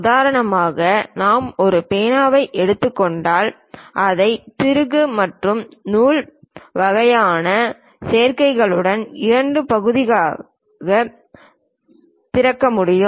உதாரணமாக நாம் ஒரு பேனாவை எடுத்துக் கொண்டால் அதை திருகு மற்றும் நூல் வகையான சேர்க்கைகளுடன் இரண்டு பகுதிகளாக திறக்க முடியும்